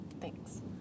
Thanks